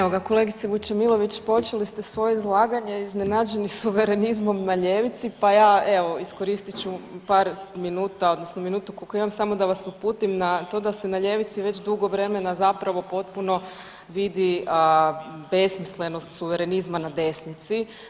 Evo ga, kolegice Vučemilović počeli ste svoje izlaganje iznenađeni suvereniznom na ljevici, pa ja evo iskoristit ću par minutu odnosno minutu koliko imam samo da vas uputim na to da se na ljevici već dugo vremena zapravo potpuno vidi besmislenost suverenizma na desnici.